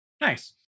Nice